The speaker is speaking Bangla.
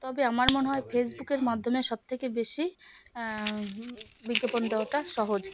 তবে আমার মনে হয় ফেসবুকের মাধ্যমে সবথেকে বেশি বিজ্ঞাপন দেওয়াটা সহজ